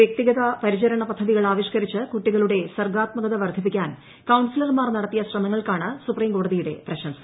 വ്യക്തിഗത പരിചരണ പദ്ധതികൾ ആവിഷ്കരിച്ചു കുട്ടികളുടെ സർഗാത്മകത വർധിപ്പിക്കാൻ കൌൺസിലർമാർ നടത്തിയ ശ്രമങ്ങൾക്കാണ് സുപ്രീഠ കോടതിയുടെ പ്രശംസ